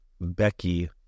Becky